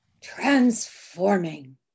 transforming